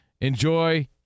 Enjoy